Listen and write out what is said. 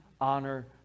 honor